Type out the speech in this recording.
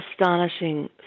astonishing